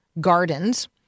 gardens